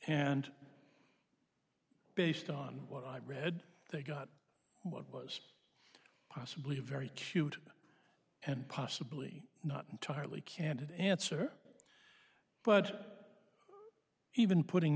and based on what i've read they got what was possibly a very cute and possibly not entirely candid answer but even putting